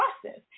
process